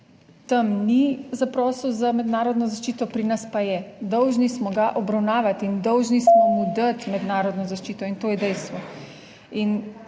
tam ni zaprosil za mednarodno zaščito, pri nas pa je. Dolžni smo ga obravnavati in dolžni smo mu dati mednarodno zaščito, in to je dejstvo.